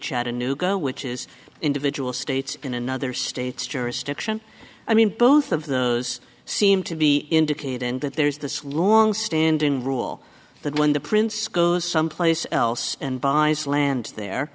chattanooga which is individual states in another state's jurisdiction i mean both of those seem to be indicating that there is this longstanding rule that when the prince goes someplace else and buys land there